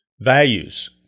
values